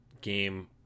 game